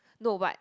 no but